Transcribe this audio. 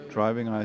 Driving